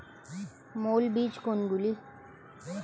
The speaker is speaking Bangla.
মৌল বীজ কোনগুলি?